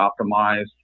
optimized